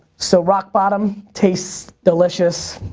so rock bottom tastes delicious.